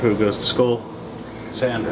who goes to school send